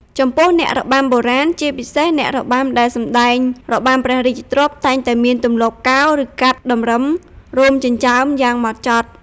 ចំពោះអ្នករបាំបុរាណ ជាពិសេសអ្នករបាំដែលសម្ដែងរបាំព្រះរាជទ្រព្យ តែងតែមានទម្លាប់កោរ ឬកាត់តម្រឹមរោមចិញ្ចើមយ៉ាងហ្មត់ចត់។